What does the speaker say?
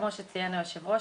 כמו שציין היושב ראש,